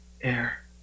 air